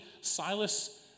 Silas